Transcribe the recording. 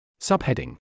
Subheading